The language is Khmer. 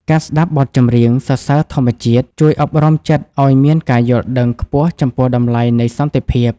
ការស្ដាប់បទចម្រៀងសរសើរធម្មជាតិ ជួយអប់រំចិត្តឱ្យមានការយល់ដឹងខ្ពស់ចំពោះតម្លៃនៃសន្តិភាព។